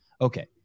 okay